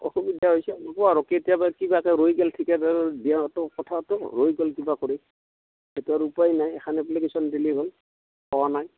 অসুবিধা হৈছে হ'ব আৰু কেতিয়াবা কিবাকে ৰৈ গ'ল ৰৈ গ'ল কিবা কৰি সেইটো আৰু উপায় নাই এখন এপ্লিকেশ্যন দিলি হ'ল পোৱা নাই